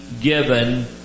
given